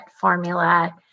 formula